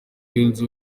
yunze